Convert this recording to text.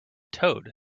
toad